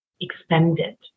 expanded